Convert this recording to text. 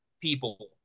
people